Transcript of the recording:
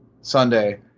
Sunday